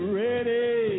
ready